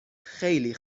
خیلی